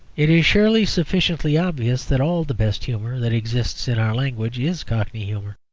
it is surely sufficiently obvious that all the best humour that exists in our language is cockney humour.